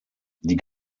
die